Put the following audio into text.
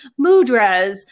mudras